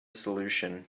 solution